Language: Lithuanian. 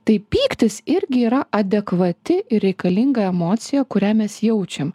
tai pyktis irgi yra adekvati ir reikalinga emocija kurią mes jaučiam